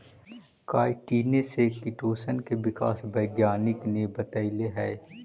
काईटिने से किटोशन के विकास वैज्ञानिक ने बतैले हई